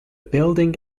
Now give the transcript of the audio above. building